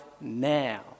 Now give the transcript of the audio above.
now